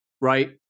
right